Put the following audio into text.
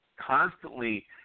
constantly